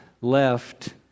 left